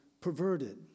perverted